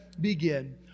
begin